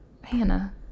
Hannah